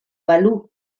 balu